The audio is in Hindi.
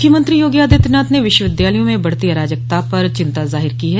मुख्यमंत्री योगी आदित्यनाथ ने विश्वविद्यालयों में बढ़ती अराजकता पर चिंता जाहिर की है